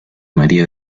maría